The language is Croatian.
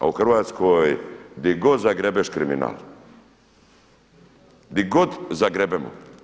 A u Hrvatskoj gdje god zagrebeš kriminal, di god zagrebemo.